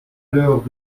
alors